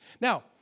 Now